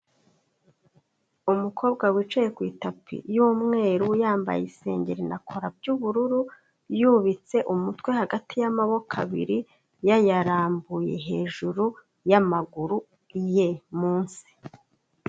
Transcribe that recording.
Umukobwa wicaye ku itapi y'umweru yambaye isengeri na kora by'bururu, yubitse umutwe hagati y'amaboko abiri, yayarambuye hejuru y'amaguru ye munsi.